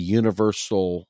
universal